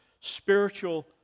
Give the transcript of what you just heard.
Spiritual